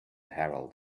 herald